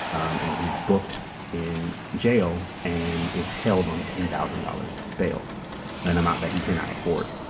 and he is booked in jail and is held on ten thousand dollars bail an amount that he cannot afford.